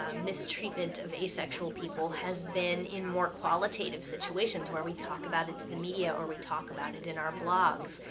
ah mistreatment of asexual people has been in more qualitative situations, where we talk about it to the media or we talk about it in our blogs,